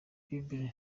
bibiliya